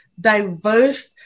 diverse